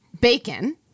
Bacon